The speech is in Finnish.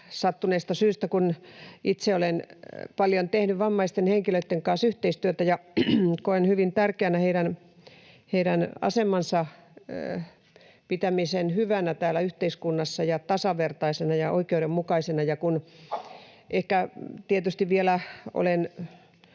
Sattuneesta syystä, kun itse olen paljon tehnyt vammaisten henkilöitten kanssa yhteistyötä, koen hyvin tärkeänä heidän asemansa pitämisen hyvänä täällä yhteiskunnassa ja tasavertaisena ja oikeudenmukaisena. Ja tietysti vielä olen